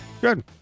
Good